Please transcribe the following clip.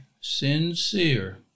sincere